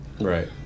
Right